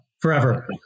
forever